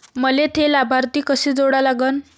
मले थे लाभार्थी कसे जोडा लागन?